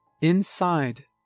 Inside